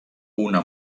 una